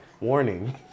warning